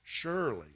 Surely